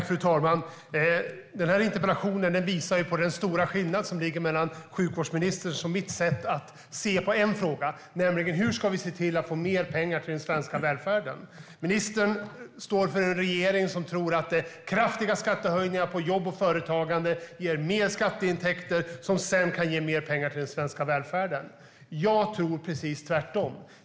Fru talman! Den här interpellationsdebatten visar på den stora skillnad som finns mellan sjukvårdsministerns sätt och mitt sätt att se på en fråga, nämligen hur vi ska se till att få mer pengar till den svenska välfärden. Ministern står för en regering som tror att kraftiga skattehöjningar på jobb och företagande ger mer skatteintäkter som sedan kan ge mer pengar till den svenska välfärden. Jag tror precis tvärtom.